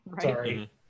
Sorry